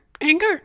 anger